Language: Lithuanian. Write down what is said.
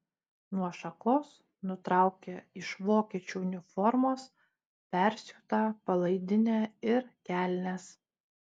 nuo šakos nutraukia iš vokiečių uniformos persiūtą palaidinę ir kelnes